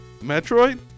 Metroid